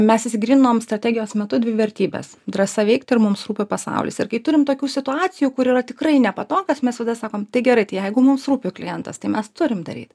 mes išsigryninom strategijos metu dvi vertybes drąsa veikti ir mums rūpi pasaulis ir kai turim tokių situacijų kur yra tikrai nepatogios mes tada sakom tai gerai tai jeigu mums rūpi klientas tai mes turim daryt